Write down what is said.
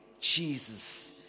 Jesus